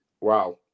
Wow